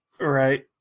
Right